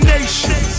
Nation